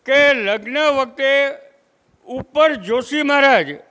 કે લગ્ન વખતે ઉપર જોશી મહરાજ